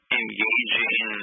engaging